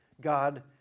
God